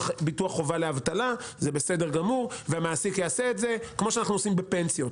חובה לאבטלה כמו שאנחנו עושים בפנסיות,